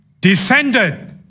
descended